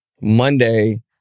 Monday